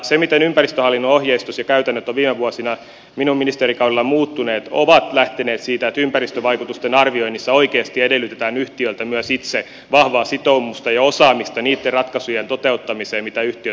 se miten ympäristöhallinnon ohjeistus ja käytännöt ovat viime vuosina minun ministerikaudellani muuttuneet on lähtenyt siitä että ympäristövaikutusten arvioinnissa oikeasti edellytetään myös yhtiöiltä itseltään vahvaa sitoumusta ja osaamista niitten ratkaisujen toteuttamiseen mitä yhtiöt sanovat